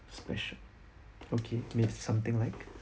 special okay make something like